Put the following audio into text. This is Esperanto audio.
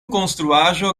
konstruaĵo